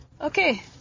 okay